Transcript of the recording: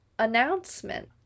announcement